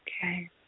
Okay